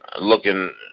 Looking